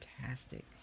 fantastic